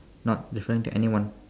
not referring to anyone